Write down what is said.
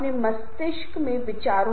यहाँ सार्थक जीवन का अर्थ क्या है